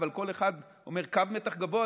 אבל כל אחד אומר: קו מתח גבוה,